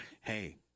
Hey